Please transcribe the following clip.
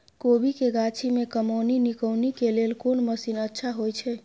कोबी के गाछी में कमोनी निकौनी के लेल कोन मसीन अच्छा होय छै?